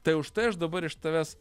tai užtai aš dabar iš tavęs